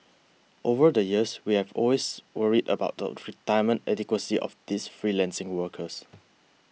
over the years we've always worried about the retirement adequacy of these freelancing workers